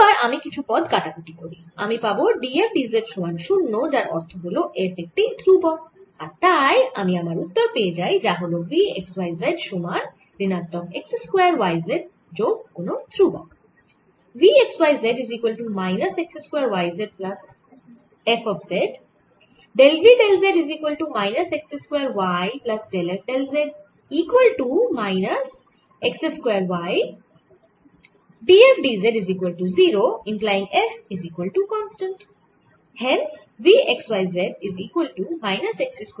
আবার আমি যদি কিছু পদ কাটাকুটি করি আমি পাবো d f d z সমান 0 যার অর্থ হল F একটি ধ্রুবক আর তাই আমি আমার উত্তর পেয়ে যাই যা হল V x y z সমান ঋণাত্মক x স্কয়ার y z যোগ কোন ধ্রুবক